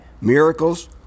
miracles